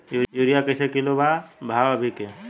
Urea कइसे kilo बा भाव अभी के?